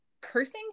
cursing